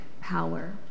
power